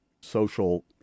social